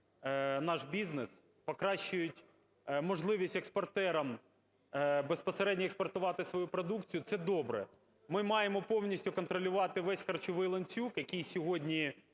наш бізнес, покращують можливість експортерам безпосередньо експортувати свою продукцію – це добре. Ми маємо повністю контролювати весь харчовий ланцюг, який сьогодні